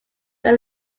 were